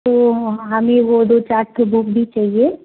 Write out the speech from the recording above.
तो हमें वह दो चार तो बुक भी चाहिए